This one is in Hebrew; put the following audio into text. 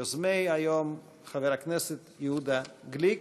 מיוזמי היום, חבר הכנסת יהודה גליק.